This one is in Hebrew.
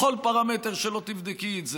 בכל פרמטר שלא תבדקי את זה,